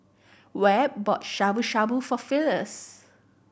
Webb bought Shabu Shabu for Phyliss